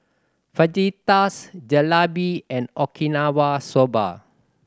Fajitas Jalebi and Okinawa Soba